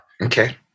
Okay